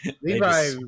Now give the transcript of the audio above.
Levi